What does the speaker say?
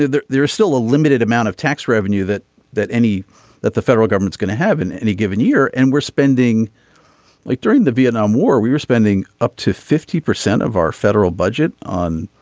there there is still a limited amount of tax revenue that that any that the federal government's going to have in any given year. and we're spending like during the vietnam war we were spending up to fifty percent of our federal budget on